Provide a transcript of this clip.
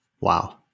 Wow